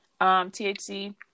THC